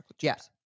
Yes